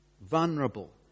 vulnerable